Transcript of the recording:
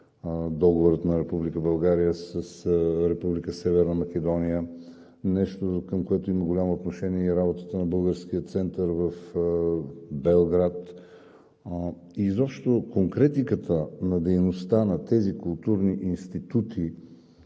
Северна Македония? Нещо, към което има голямо отношение и работата на българския център в Белград. Изобщо конкретиката на дейността на тези културни институти